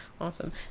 Awesome